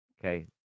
Okay